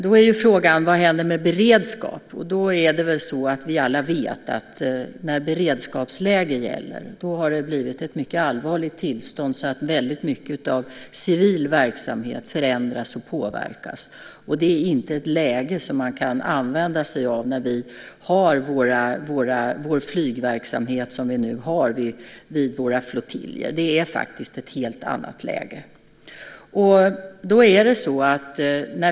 Då är frågan vad som händer med beredskapen. Vi vet alla att när beredskapsläge gäller har det blivit ett mycket allvarligt tillstånd så att väldigt mycket av civil verksamhet förändras och påverkas. Det är inte ett läge som man kan använda sig av när vi har vår flygverksamhet som vi nu har vid våra flottiljer. Det är faktiskt ett helt annat läge.